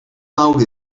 mawr